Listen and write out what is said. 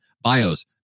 bios